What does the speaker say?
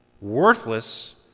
worthless